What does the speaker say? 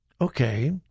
Okay